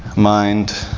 mind,